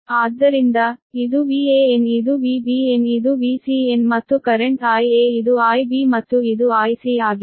ಆದ್ದರಿಂದ ಇದು VAn ಇದು VBn ಇದು VCn ಮತ್ತು ಕರೆಂಟ್ IA ಇದು IB ಮತ್ತು ಇದು IC ಆಗಿದೆ